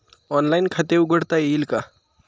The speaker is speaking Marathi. ऑनलाइन खाते उघडता येईल का?